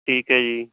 ਠੀਕ ਹੈ ਜੀ